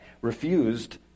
refused